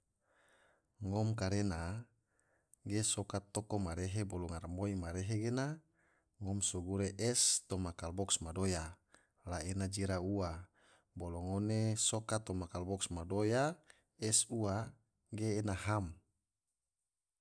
Ngom karena ge soka toko marehe bolo ngaramoi marehe gena ngom so gure es toma kalabox madoya la ena jira ua, bolo ngone soka toma kolobox madoya es ua ge ena ham.